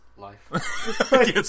life